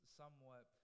somewhat